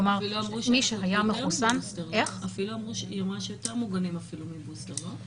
כלומר מי שהיה מחוסן --- אפילו היא אמרה שיותר מוגנים מהבוסטר נכון?